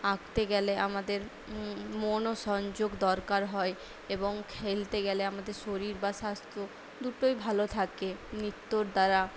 আঁকতে গেলে আমাদের মনসংযোগ দরকার হয় এবং খেলতে গেলে আমাদের শরীর বা স্বাস্থ্য দুটোই ভালো থাকে নৃত্যর দ্বারা